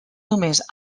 només